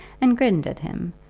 and grinned at him,